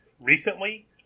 recently